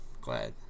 Glad